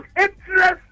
interest